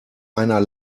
einer